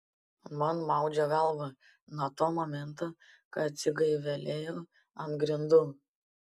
man maudžia galvą nuo to momento kai atsigaivelėjau ant grindų